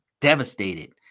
devastated